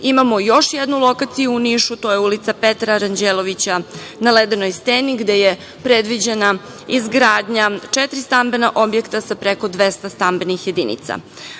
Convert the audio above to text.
Imamo još jednu lokaciju u Nišu, to je ulica Petra Ranđelovića na Ledenoj steni, gde je predviđena izgradnja četiri stambena objekta sa preko 200 stambenih jedinica. Zbog